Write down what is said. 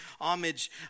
homage